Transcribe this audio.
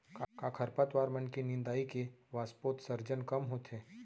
का खरपतवार मन के निंदाई से वाष्पोत्सर्जन कम होथे?